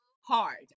hard